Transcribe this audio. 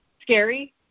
scary